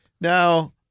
Now